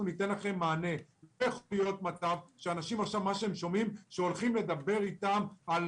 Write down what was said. לא יכול להיות מצב שאנשים שומעים שהולכים לדבר איתם על